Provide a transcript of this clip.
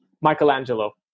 Michelangelo